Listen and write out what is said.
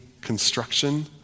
construction